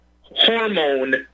hormone